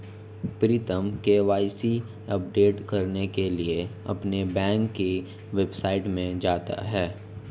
प्रीतम KYC update करने के लिए अपने बैंक की वेबसाइट में जाता है